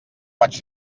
vaig